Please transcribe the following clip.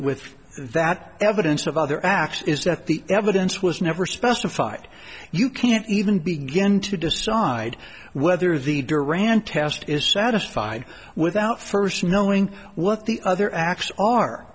with that evidence of other acts is that the evidence was never specified you can't even begin to decide whether the duran test is satisfied without first knowing what the other acts are